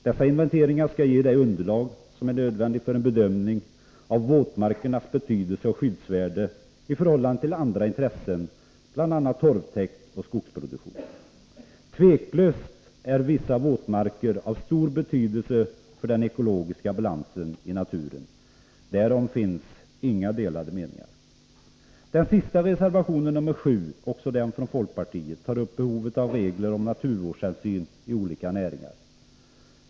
Dessa inventeringar skall ge det underlag som är nödvändigt för en bedömning av våtmarkernas betydelse och skyddsvärde i förhållande till andra intressen, bl.a. torvtäkt och skogsproduktion. Otvivelaktigt är vissa våtmarker av stor betydelse för den ekologiska balansen i naturen. Därom finns inga delade meningar. Den sista reservationen, nr 7, också den från folkpartiet, tar upp behovet av regler om naturvårdshänsyn i olika näringar.